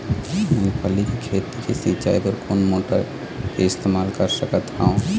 मूंगफली के खेती के सिचाई बर कोन मोटर के इस्तेमाल कर सकत ह?